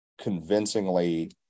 convincingly